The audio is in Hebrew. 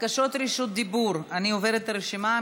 בקשות רשות דיבור, אני עוברת על הרשימה,